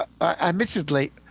admittedly